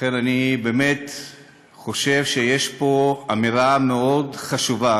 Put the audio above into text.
לכן אני חושב שיש פה אמירה מאוד חשובה,